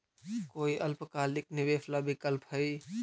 कोई अल्पकालिक निवेश ला विकल्प हई?